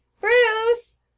Bruce